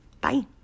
Bye